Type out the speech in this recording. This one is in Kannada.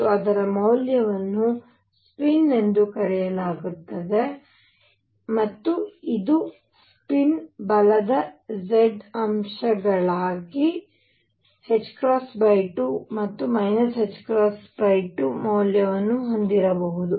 ಮತ್ತು ಅದರ ಮೌಲ್ಯವನ್ನು ಸ್ಪಿನ್ ಎಂದು ಕರೆಯಲಾಗುತ್ತದೆ ಮತ್ತು ಇದು ಸ್ಪಿನ್ ಬಲದ z ಅಂಶಗಳಾಗಿ ℏ2 ಮತ್ತು ℏ 2 ಮೌಲ್ಯವನ್ನು ಹೊಂದಿರಬಹುದು